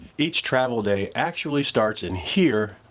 each travel day actually starts in here,